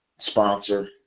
sponsor